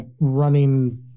running